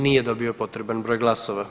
Nije dobio potreban broj glasova.